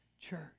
church